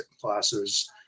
classes